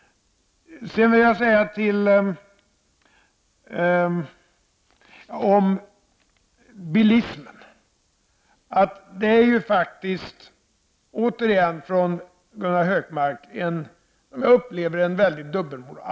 Sedan vill jag säga några ord om bilismen. Återigen, Gunnar Hökmark, upplever jag en väldig dubbelmoral.